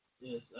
Yes